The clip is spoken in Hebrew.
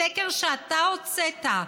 בסקר שאתה הוצאת,